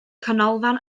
canolfan